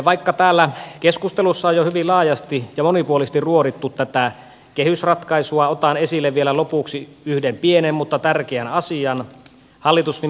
vaikka täällä keskustelussa on jo hyvin laajasti ja monipuolisesti ruodittu tätä kehysratkaisua otan esille vielä lopuksi yhden pienen mutta tärkeän asian